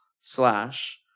slash